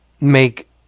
make